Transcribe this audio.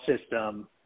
system